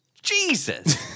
Jesus